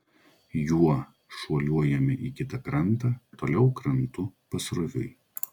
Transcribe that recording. juo šuoliuojame į kitą krantą toliau krantu pasroviui